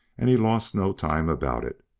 and he lost no time about it,